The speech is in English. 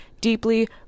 deeply